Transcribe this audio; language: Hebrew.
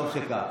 טוב שכך.